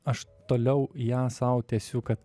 aš toliau ją sau tęsiu kad